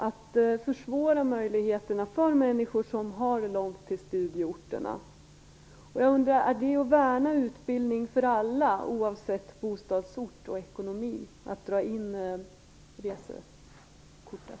De försvårar möjligheterna för människor som har det långt till studieorterna. Är det att värna utbildning för alla oavsett bostadsort och ekonomi att dra in resekortet?